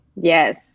yes